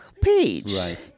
page